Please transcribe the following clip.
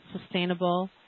sustainable